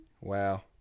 Wow